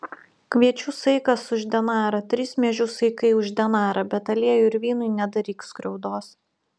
kviečių saikas už denarą trys miežių saikai už denarą bet aliejui ir vynui nedaryk skriaudos